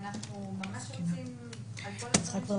טוב.